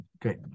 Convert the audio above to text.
great